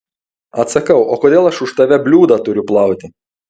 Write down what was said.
atsakau o kodėl aš už tave bliūdą turiu plauti